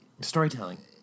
storytelling